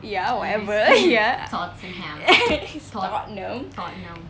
ya whatever tottenham